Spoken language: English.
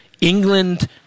England